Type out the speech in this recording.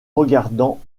regardant